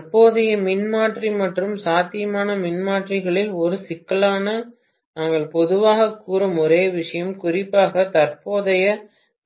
தற்போதைய மின்மாற்றி மற்றும் சாத்தியமான மின்மாற்றிகளில் ஒரு சிக்கலாக நாங்கள் பொதுவாகக் கூறும் ஒரே விஷயம் குறிப்பாக தற்போதைய